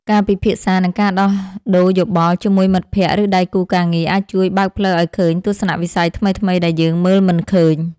ការពិភាក្សា និងការដោះដូរយោបល់ជាមួយមិត្តភក្តិ ឬដៃគូការងារ អាចជួយបើកផ្លូវឱ្យឃើញទស្សនវិស័យថ្មីៗដែលយើងមើលមិនឃើញ។